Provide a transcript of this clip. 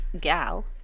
gal